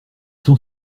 sont